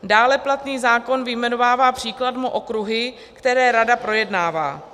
Dále platný zákon vyjmenovává příkladmo okruhy, které rada projednává.